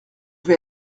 vais